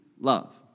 love